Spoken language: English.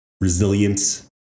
Resilience